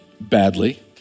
badly